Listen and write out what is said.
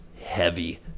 heavy